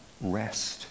rest